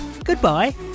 Goodbye